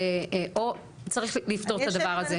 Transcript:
או צריך לפתור את הדבר.